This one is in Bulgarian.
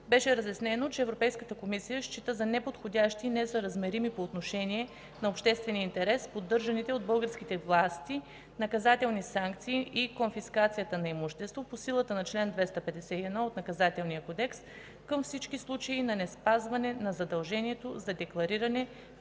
Беше разяснено, че Европейската комисия счита за неподходящи и несъразмерни по отношение на обществения интерес поддържаните от българските власти наказателни санкции и конфискацията на имущество по силата на чл. 251 от Наказателния кодекс към всички случаи на неспазване на задължението за деклариране, включително